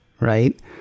right